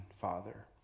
Father